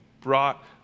brought